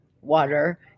water